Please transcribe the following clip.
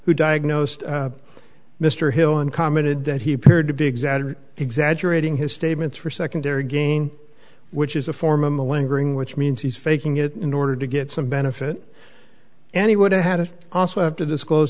who diagnosed mr hill and commented that he appeared to be exaggerating exaggerating his statements for secondary gain which is a form of a lingering which means he's faking it in order to get some benefit and he would have had it also have to disclose